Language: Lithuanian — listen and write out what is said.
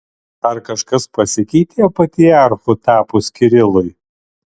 ar kažkas pasikeitė patriarchu tapus kirilui